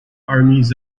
armies